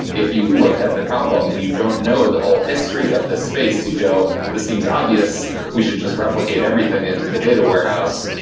if you look at the problem and you don't know the history of this space you go, this seems obvious. we should just replicate everything into the data warehouse,